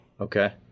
Okay